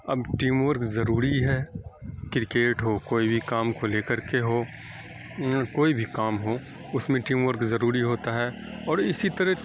اب team work ضروری ہے کرکٹ ہو کوئی بھی کام کو لے کر کے ہو کوئی بھی کام ہو اس میں ٹیم ورک ضروری ہوتا ہے اور اسی طرح